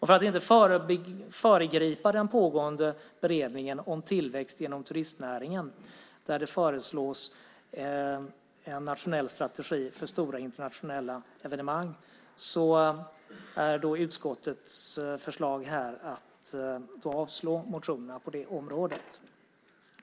För att inte föregripa den pågående beredningen om tillväxt genom turistnäringen, där det föreslås en nationell strategi för stora internationella evenemang, är utskottets förslag att man ska avslå motionerna på det området.